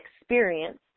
experience